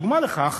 דוגמה לכך